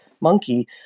monkey